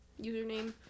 username